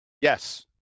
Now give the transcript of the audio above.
yes